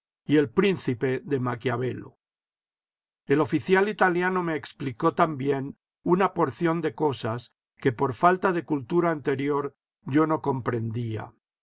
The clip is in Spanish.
y xpríncipe de maquiavelo el oficial italiano me explicó también una porción de cosas que por falta de cultura anterior yo no comprendía